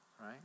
right